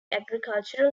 agricultural